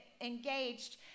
engaged